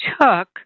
took